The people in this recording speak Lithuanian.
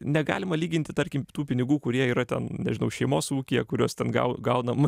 negalima lyginti tarkim tų pinigų kurie yra ten nežinau šeimos ūkyje kuriuos ten gau gaunam